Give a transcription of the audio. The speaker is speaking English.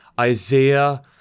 Isaiah